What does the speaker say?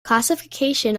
classification